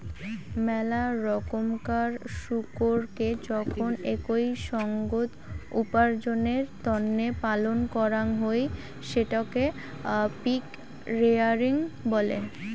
মেলা রকমকার শুকোরকে যখন একই সঙ্গত উপার্জনের তন্নে পালন করাং হই সেটকে পিগ রেয়ারিং বলে